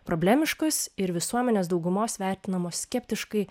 problemiškos ir visuomenės daugumos vertinamos skeptiškai